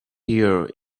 here